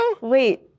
Wait